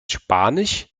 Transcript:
spanisch